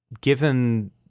given